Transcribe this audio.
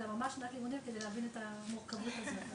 אלא ממש שנת לימודים כדי להבין את המורכבות הזו.